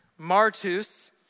martus